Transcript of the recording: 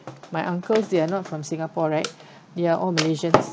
my uncles they are not from singapore right they are all malaysians